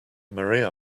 maria